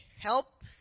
help